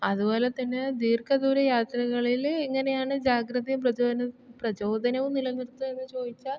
അതുപോലെത്തന്നെ ദിർഘദൂര യാത്രകളിൽ എങ്ങനെയാണ് ജാഗ്രതയും പ്രചോദനവും നിലനിർത്തുക എന്ന് ചോദിച്ചാൽ